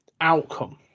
outcome